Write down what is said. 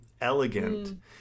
elegant